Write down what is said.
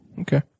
Okay